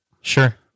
Sure